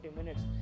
minutes